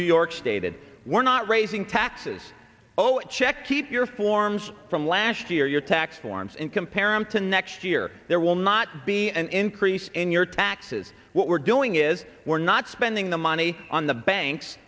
new york stated we're not raising taxes oh check keep your forms from last year your tax forms in comparison to next year there will not be an increase in your taxes what we're doing is we're not spending the money on the banks